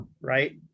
right